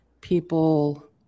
people